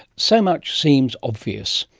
so much seems obvious,